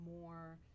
more